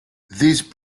these